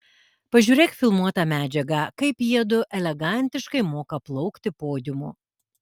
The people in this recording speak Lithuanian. pažiūrėk filmuotą medžiagą kaip jiedu elegantiškai moka plaukti podiumu